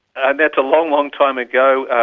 and that's a long, long time ago